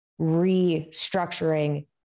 restructuring